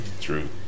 True